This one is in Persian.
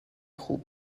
خوب